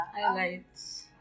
Highlights